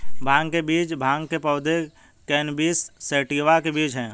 भांग के बीज भांग के पौधे, कैनबिस सैटिवा के बीज हैं